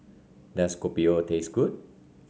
does Kopi O taste good